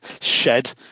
shed